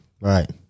Right